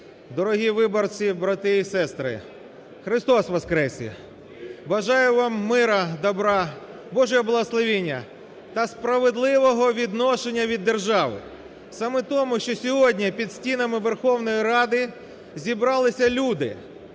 дорогі виборці, брати і сестри, Христос Воскрес! Бажаю вам миру, добра, Божого благословення та справедливого відношення від держави. Саме тому, що сьогодні під стінами Верховної Ради зібралися люди